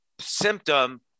symptom